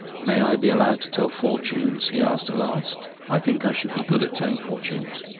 may i be allowed to tell fortunes? he asked at last. i think i should be good at telling fortunes.